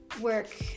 work